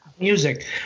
music